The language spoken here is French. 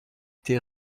été